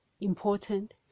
important